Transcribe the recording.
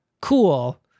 cool